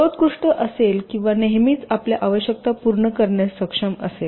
सर्वोत्कृष्ट असेल किंवा नेहमीच आपल्या आवश्यकता पूर्ण करण्यात सक्षम असेल